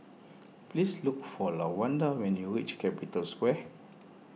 please look for Lawanda when you reach Capital Square